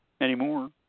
anymore